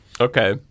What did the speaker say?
Okay